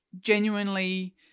genuinely